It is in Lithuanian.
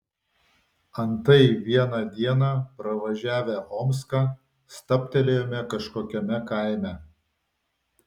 antai vieną dieną pravažiavę omską stabtelėjome kažkokiame kaime